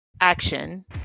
action